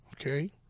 okay